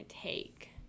take